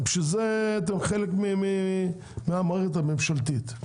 בשביל זה אתם חלק מהמערכת הממשלתית.